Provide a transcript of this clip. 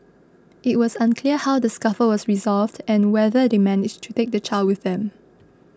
it was unclear how the scuffle was resolved and whether they managed to take the child with them